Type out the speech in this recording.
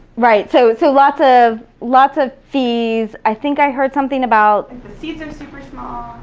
right, so so lots of lots of fees. i think i heard something about the seats are super small.